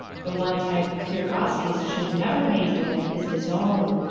the one type the pure osseous should never mate with is his own.